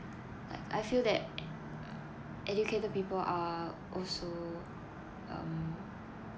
I I feel that educated people are